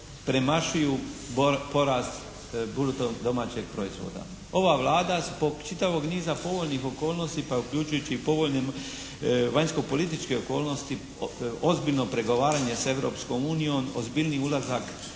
premašuju porast bruto domaćeg proizvoda. Ova Vlada zbog čitavog niza povoljnih okolnosti pa uključujući i povoljne vanjskopolitičke okolnosti, ozbiljno pregovaranje s Europskom unijom,